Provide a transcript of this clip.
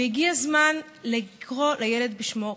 והגיע הזמן לקרוא לילד בשמו.